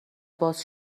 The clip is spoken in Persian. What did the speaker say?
باز